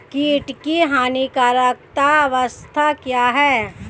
कीट की हानिकारक अवस्था क्या है?